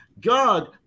God